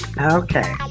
Okay